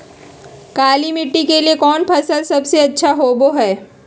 काली मिट्टी के लिए कौन फसल सब से अच्छा होबो हाय?